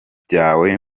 byawe